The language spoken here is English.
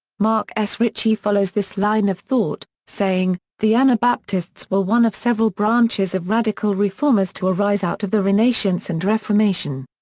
mark s. ritchie follows this line of thought, saying, the anabaptists were one of several branches of radical reformers to arise out of the renaissance and reformation.